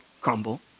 crumble